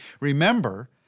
Remember